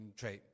cioè